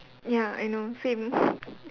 ya I know same